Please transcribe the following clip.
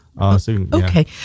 Okay